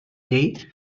llei